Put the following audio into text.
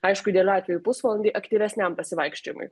aišku idealiu atveju pusvalandį aktyvesniam pasivaikščiojimui